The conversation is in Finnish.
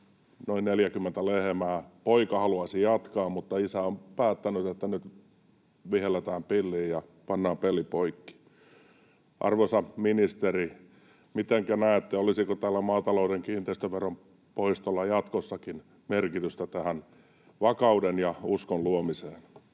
noin 40 lehmää. Poika haluaisi jatkaa, mutta isä on päättänyt, että nyt vihelletään pilliin ja pannaan peli poikki. Arvoisa ministeri, mitenkä näette, olisiko tällä maatalouden kiinteistöveron poistolla jatkossakin merkitystä tähän vakauden ja uskon luomiseen?